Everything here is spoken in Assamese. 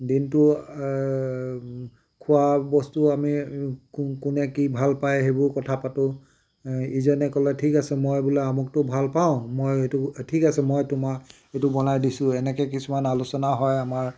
দিনটো খোৱাবস্তু আমি কোনে কি ভাল পায় সেইবোৰ কথা পাতোঁ ইজনে ক'লে ঠিক আছে মই বোলে আমুকটো ভাল পাওঁ মই এইটো ঠিক আছে মই এইটো তোমাক এইটো বনাই দিছোঁ এনেকৈ কিছুমান আলোচনা হয় আমাৰ